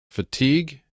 fatigue